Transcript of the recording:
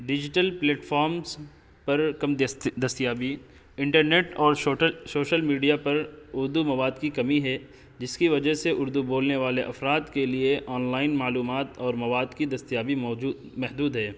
digital platforms پر کم دستیابی انٹرنیٹ اور شوٹل شوشل میڈیا پر اردو مواد کی کمی ہے جس کی وجہ سے اردو بولنے والے افراد کے لیے آن لائن معلومات اور مواد کی دستیابی موجو محدود ہے